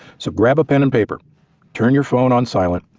so grab a pen and paper turn your phone on silent,